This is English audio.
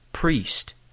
Priest